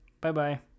Bye-bye